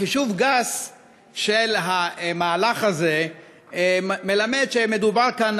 חישוב גס של המהלך הזה מלמד שמדובר כאן